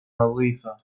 نظيفة